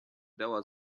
dała